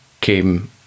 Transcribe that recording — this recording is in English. came